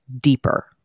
deeper